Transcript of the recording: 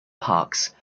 parks